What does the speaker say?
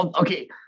okay